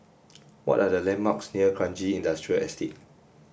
what are the landmarks near Kranji Industrial Estate